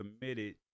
committed